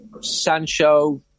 Sancho